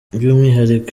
by’umwihariko